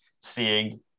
seeing